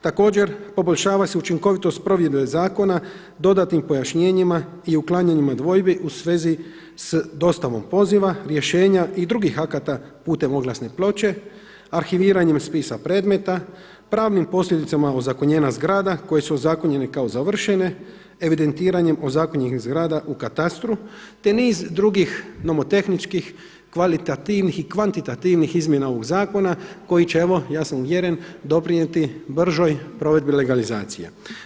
Također poboljšava se učinkovitost provedbe zakona dodatnim pojašnjenjima i uklanjanjem dvojbi u svezi s dostavom poziva, rješenja i drugih akata putem oglasne ploče, arhiviranjem spisa predmeta, pravnim posljedicama ozakonjenja zgrada koje su ozakonjene kao završene, evidentiranjem ozakonjenih zgrada u katastru te niz drugih nomotehničkih, kvalitativnih i kvantitativnih izmjena ovoga zakona koji će evo ja sam uvjeren doprinijeti bržoj provedbi legalizacije.